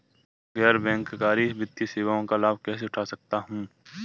गैर बैंककारी वित्तीय सेवाओं का लाभ कैसे उठा सकता हूँ?